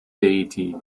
deity